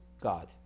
God